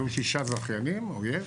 היו שישה זכיינים או יש.